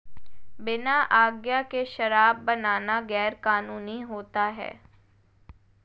बिना आज्ञा के शराब बनाना गैर कानूनी होता है